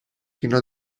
fino